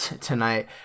Tonight